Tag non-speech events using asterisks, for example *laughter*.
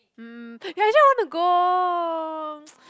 hmm ya actually I want to go *noise*